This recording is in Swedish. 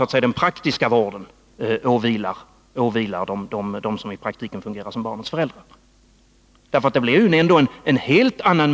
I det senare fallet har de som i praktiken fungerar som barnets föräldrar bara hand om den praktiska vården.